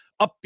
upbeat